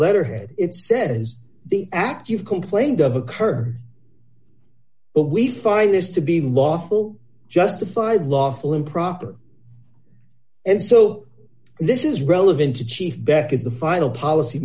letterhead it says the act you complained of occurred but we find this to be lawful justified lawful improper and so this is relevant to chief beck is the final policy